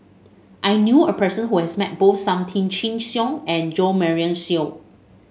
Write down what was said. I knew a person who has met both Sam Tan Chin Siong and Jo Marion Seow